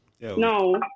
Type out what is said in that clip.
No